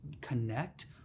Connect